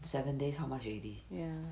seven days how much already